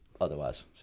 otherwise